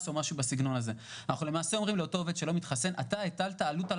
אומרים לאותו עובד שאינו מתחסן שהוא הטיל עלות על